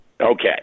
Okay